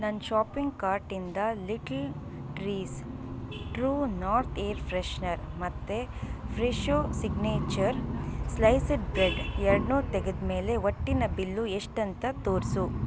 ನನ್ನ ಷಾಪಿಂಗ್ ಕಾರ್ಟಿಂದ little trees true north air freshener ಮತ್ತು ಫ್ರೆಶೋ ಸಿಗ್ನೇಚರ್ ಸ್ಲೈಸಡ್ ಬ್ರೆಡ್ ಎರಡನ್ನೂ ತೆಗೆದ ಮೇಲೆ ಒಟ್ಟಿನ ಬಿಲ್ಲು ಎಷ್ಟಂತ ತೋರಿಸು